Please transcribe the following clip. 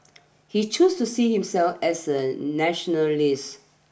he choose to see himself as a nationalist